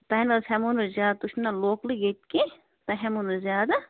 تۄہہِ نَہ حظ ہٮ۪مو نہٕ أسۍ زیادٕ تۄہہِ چھُو نَہ لوکلٕے ییٚتکی تۄہہِ ہٮ۪مو نہٕ أسۍ زیادٕ